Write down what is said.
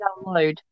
download